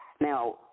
Now